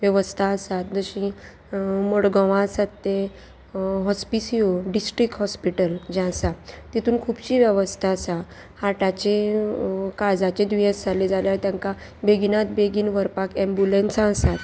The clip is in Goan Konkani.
वेवस्था आसात जशी मडगांवां आसात ते हॉस्पिसियो डिस्ट्रीक्ट हॉस्पिटल जें आसा तितून खुबशीं वेवस्था आसा हाटाचे काळजाचे दुयेंस जाले जाल्यार तेंकां बेगीनात बेगीन व्हरपाक एम्बुलंसां आसात